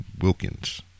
Wilkins